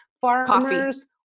farmers